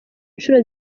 inshuro